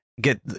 get